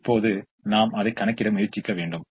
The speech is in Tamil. இப்போது நாம் அதை கணக்கிட முயற்சிக்க வேண்டும்